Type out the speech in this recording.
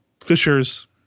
Fisher's